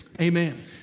amen